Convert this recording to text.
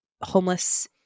homeless